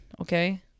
okay